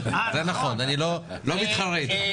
נכון, אני לא מתחרה אתך.